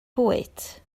bwyd